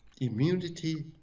immunity